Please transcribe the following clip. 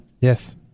Yes